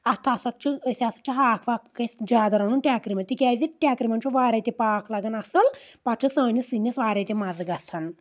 اَتھ ہسا چھُ أسۍ ہسا چھُ ہاکھ گژھِ زیادٕ رَنُن ٹٮ۪کرِ منز کیازِ ٹٮ۪کرِ منٛز چھُ واریاہ کینٛہہ پاک لَگان اَصل پتہٕ چھُ سٲنِس سِنِس واریاہ تہِ مَزٕ گژھان